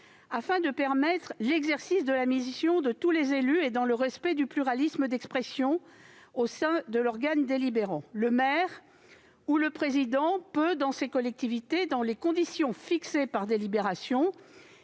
afin de permettre l'exercice de la mission de tous les élus dans le respect du pluralisme d'expression au sein de l'organe délibérant, le maire ou le président peut au sein de ces collectivités, dans les conditions fixées par délibération